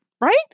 right